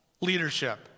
leadership